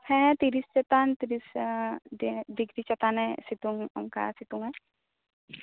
ᱦᱮᱸ ᱛᱤᱨᱤᱥ ᱪᱮᱛᱟᱱ ᱛᱤᱨᱤᱥ ᱰᱤᱜᱨᱤ ᱪᱮᱛᱟᱱᱮ ᱥᱤᱛᱩᱝ ᱚᱱᱠᱟ ᱥᱤᱛᱩᱝᱼᱟᱭ